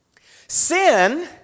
Sin